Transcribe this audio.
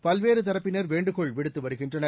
பல்வேறு தரப்பினர் வேண்டுகோள் விடுத்து வருகின்றனர்